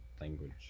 language